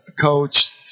coach